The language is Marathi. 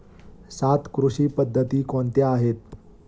सात कृषी पद्धती कोणत्या आहेत?